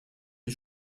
est